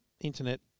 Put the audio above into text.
internet